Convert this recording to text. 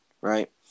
Right